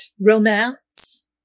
romance